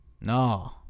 No